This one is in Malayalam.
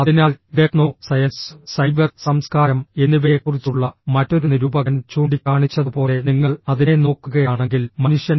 അതിനാൽ ടെക്നോ സയൻസ് സൈബർ സംസ്കാരം എന്നിവയെക്കുറിച്ചുള്ള മറ്റൊരു നിരൂപകൻ ചൂണ്ടിക്കാണിച്ചതുപോലെ നിങ്ങൾ അതിനെ നോക്കുകയാണെങ്കിൽ മനുഷ്യൻ